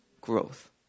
growth